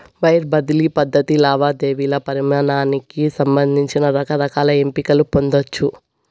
wire బదిలీ పద్ధతి లావాదేవీల పరిమానానికి సంబంధించి రకరకాల ఎంపికలు పొందచ్చు